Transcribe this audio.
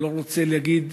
לא רוצה להגיד